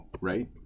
right